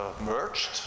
merged